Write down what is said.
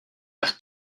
par